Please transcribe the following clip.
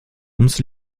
ums